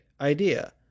idea